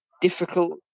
difficult